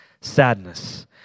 Sadness